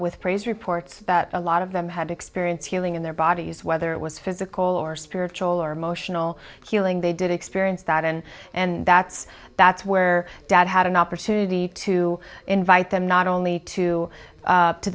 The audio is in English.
with praise reports about a lot of them had experience healing in their bodies whether it was physical or spiritual or emotional healing they did experience that and and that's that's where dad had an opportunity to invite them not only to